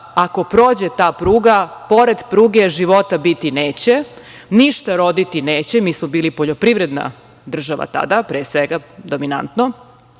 ako prođe ta pruga, pored pruge života biti neće, ništa roditi neće. Mi smo bili poljoprivredna država tada, pre svega, dominanto. Dakle,